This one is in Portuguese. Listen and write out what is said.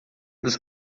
dos